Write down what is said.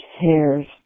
hairs